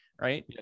right